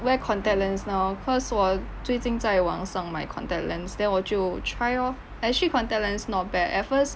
wear contact lens now cause 我最近在网上买 contact lens then 我就 try lor actually contact lens not bad at first